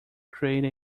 create